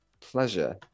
Pleasure